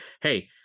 hey